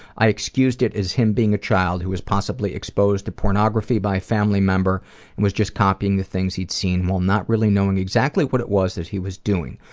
i excused it as him being a child who was possibly exposed to pornography by a family member and was just copying the things he'd seen while not really knowing exactly what it was that he was doing.